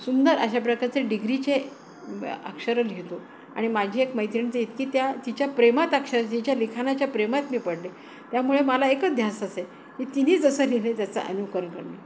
सुंदर अशा प्रकारचे डीग्रीचे अक्षर लिहतो आणि माझी एक मैत्रिणीचे इेत की त्या तिच्या प्रेमात अक्षरशः तिच्या लिखाणाच्या प्रेमात मी पडले त्यामुळे मला एकच ध्यास असे की तिनी जसं लिहिले त्याचां अनुकरन करणे